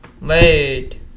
Wait